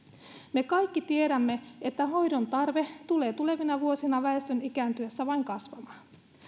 me kaikki tiedämme että hoidon tarve tulee tulevina vuosina väestön ikääntyessä vain kasvamaan